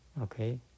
okay